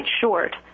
short